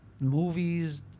movies